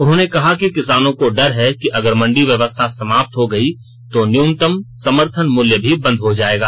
उन्होंने कहा है कि किसानों को डर है कि अगर मेंडी व्यवस्था समाप्त हो गई तो न्यूनतम समर्थन मूल्य भी बंद हो जाएगा